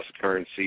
currency